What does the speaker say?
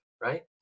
right